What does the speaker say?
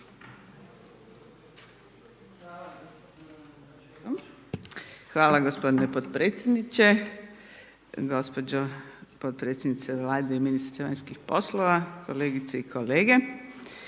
Hvala gospodine podpredsjedniče, gospođo podpredsjednice Vlade i ministrice vanjskih poslova, kolegice i kolege.